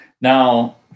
Now